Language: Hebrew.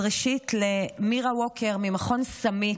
ראשית, למירה ווקר ממכון סאמיט,